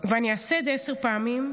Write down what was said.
אני אעשה את זה עשר פעמים,